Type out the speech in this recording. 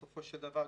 בסופו שלדבר,